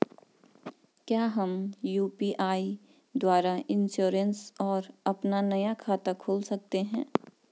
क्या हम यु.पी.आई द्वारा इन्श्योरेंस और अपना नया खाता खोल सकते हैं?